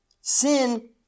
sin